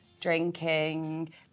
drinking